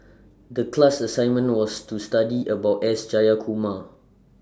The class assignment was to study about S Jayakumar